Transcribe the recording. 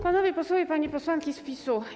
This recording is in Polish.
Panowie Posłowie i Panie Posłanki z PiS-u!